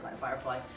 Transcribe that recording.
Firefly